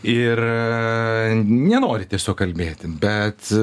ir nenori tiesiog kalbėti bet